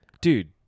dude